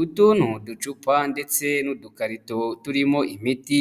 Utu ni uducupa ndetse n'udukarito turimo imiti